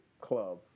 club